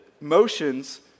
motions